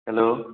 hello